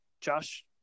Josh